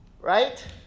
Right